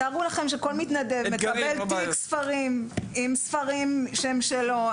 תארו לכם שכל מתנדב מקבל תיק ספרים עם ספרים שהם שלו,